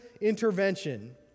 intervention